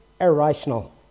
irrational